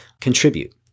contribute